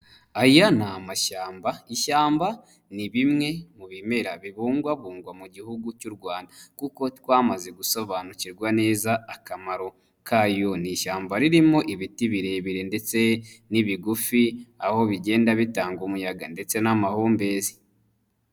Aya ni mashyamba, ishyamba ni bimwe mu bimera bibungwabungwa mu gihugu cy'u Rwanda kuko twamaze gusobanukirwa neza akamaro kayo, ni ishyamba ririmo ibiti birebire ndetse n'ibigufi aho bigenda bitanga umuyaga ndetse n'amahumbezi.